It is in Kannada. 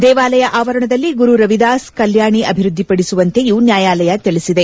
ದೇವಾಲಯ ಆವರಣದಲ್ಲಿ ಗುರು ರವಿದಾಸ್ ಕಲ್ಲಾಣಿ ಅಭಿವ್ಯದ್ದಿಪಡಿಸುವಂತೆಯೂ ನ್ಲಾಯಾಲಯ ತಿಳಿಸಿದೆ